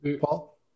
Paul